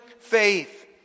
Faith